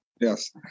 Yes